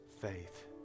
faith